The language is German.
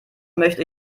möchte